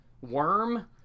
worm